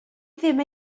ddim